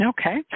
Okay